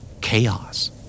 Chaos